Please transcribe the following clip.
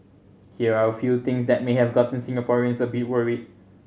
here are a few things that may have gotten Singaporeans a bit worried